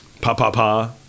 pa-pa-pa